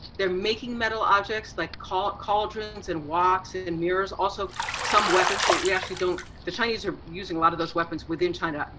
they're making metal objects like cauldrons and woks and mirrors, also some weapons, but we actually don't, the chinese are using a lot of those weapons within china.